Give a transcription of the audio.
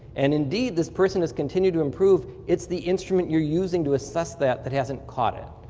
and indeed, this person has continued to improve, it's the instruments you're using to assess that that hasn't caught it.